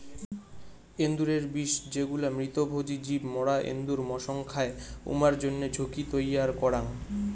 এন্দুরের বিষ যেগুলা মৃতভোজী জীব মরা এন্দুর মসং খায়, উমার জইন্যে ঝুঁকি তৈয়ার করাং